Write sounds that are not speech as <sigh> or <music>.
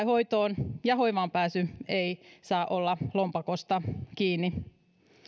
<unintelligible> hoitoon ja hoivaan pääsy ei saa olla lompakosta kiinni